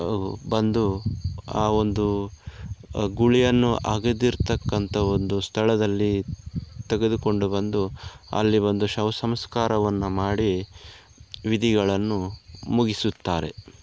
ಬಂದು ಆ ಒಂದು ಗುಳಿಯನ್ನು ಅಗೆದಿರತಕ್ಕಂಥ ಒಂದು ಸ್ಥಳದಲ್ಲಿ ತೆಗೆದುಕೊಂಡು ಬಂದು ಅಲ್ಲಿ ಒಂದು ಶವ ಸಂಸ್ಕಾರವನ್ನು ಮಾಡಿ ವಿಧಿಗಳನ್ನು ಮುಗಿಸುತ್ತಾರೆ